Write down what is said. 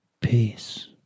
Peace